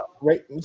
right